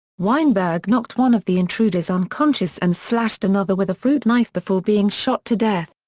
weinberg knocked one of the intruders unconscious and slashed another with a fruit knife before being shot to death.